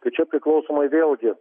tai čia priklausomai vėlgi